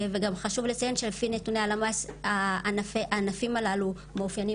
חשוב גם לציין שעל פי נתוני הלמ"ס הענפים הללו מאופיינים